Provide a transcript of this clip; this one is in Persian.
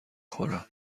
خورم